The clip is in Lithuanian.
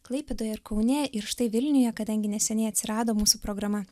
klaipėdoje ir kaune ir štai vilniuje kadangi neseniai atsirado mūsų programa